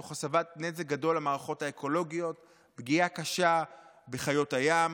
תוך הסבת נזק גדול למערכות האקולוגיות ופגיעה קשה בחיות הים,